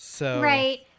Right